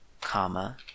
comma